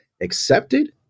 accepted